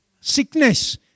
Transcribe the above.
sickness